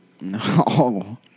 No